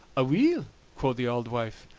aweel, quo' the auld wife,